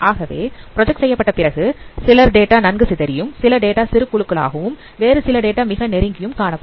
ஆகவே ப்ராஜெக்ட் செய்யப்பட்ட பிறகு சிலர் டேட்டா நன்கு சிதறியும் சில டேட்டா சிறு குழுக்களாகவும் வேறுசில டேட்டா மிக நெருங்கியும் காணப்படும்